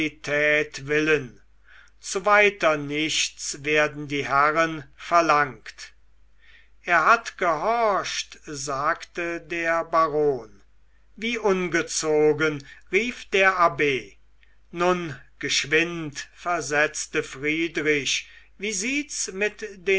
willen zu weiter nichts werden die herren verlangt er hat gehorcht sagte der baron wie ungezogen rief der abb nun geschwind versetzte friedrich wie sieht's mit